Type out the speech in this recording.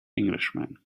englishman